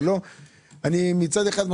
מצד אחד,